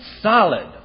solid